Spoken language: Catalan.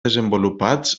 desenvolupats